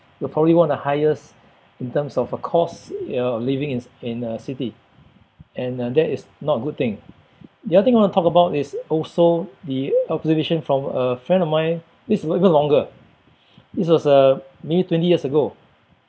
we're probably one of the highest in terms of uh cost you know living in in a city and uh that is not a good thing the other thing I want to talk about is also the observation from a friend of mine this was even longer this was uh maybe twenty years ago